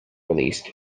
released